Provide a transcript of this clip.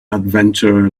adventurer